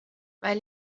weil